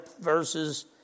verses